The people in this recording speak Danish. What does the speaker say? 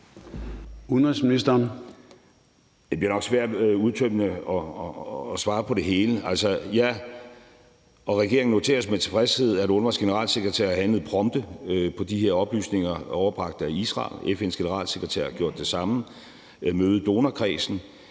Det bliver nok svært at svare udtømmende på det hele. Altså, regeringen og jeg noterer os med tilfredshed, at UNRWA's generalsekretær handlede prompte på de her oplysninger overbragt af Israel. FN's generalsekretær har gjort det samme. Der var møde